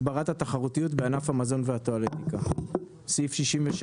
הגברת התחרותיות בענף המזון והטואלטיקה תיקון חוק